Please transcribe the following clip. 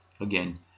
Again